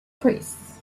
press